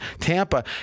Tampa